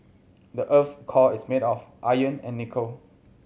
the earth's core is made of iron and nickel